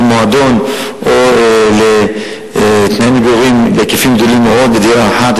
מועדון או למגורים בהיקפים גדולים מאוד בדירה אחת,